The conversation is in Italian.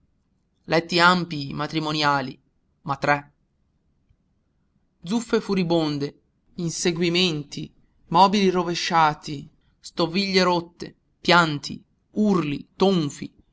letti ampii matrimoniali ma tre zuffe furibonde inseguimenti mobili rovesciati stoviglie rotte pianti urli tonfi